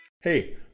Hey